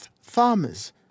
farmers